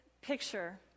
picture